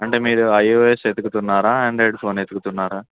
అంటే మీరు ఐఓయస్ వెతుకుతున్నారా యాండ్రాయిడ్ ఫోన్ వెతుకుతున్నారా